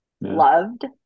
loved